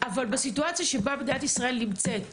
אבל בסיטואציה שבה מדינת ישראל נמצאת עכשיו,